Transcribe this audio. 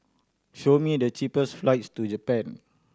show me the cheapest flights to Japan